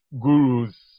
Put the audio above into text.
gurus